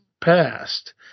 past